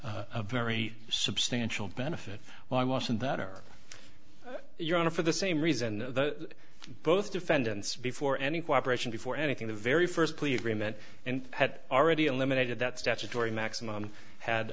a very substantial benefit why wasn't that or your honor for the same reason both defendants before any cooperation before anything the very first plea agreement and had already eliminated that statutory maximum had